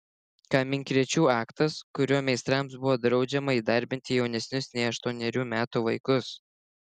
kaminkrėčių aktas kuriuo meistrams buvo draudžiama įdarbinti jaunesnius nei aštuonerių metų vaikus